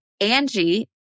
Angie